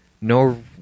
no